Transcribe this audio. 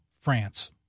France